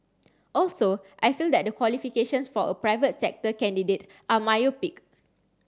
also I feel that the qualifications for a private sector candidate are myopic